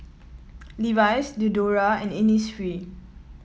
Levi's Diadora and Innisfree